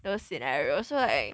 those scenarios so like